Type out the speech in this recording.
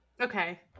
Okay